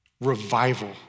Revival